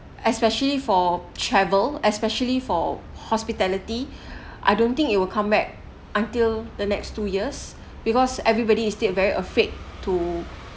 especially for travel especially for hospitality I don't think it will come back until the next two years because everybody is still very afraid to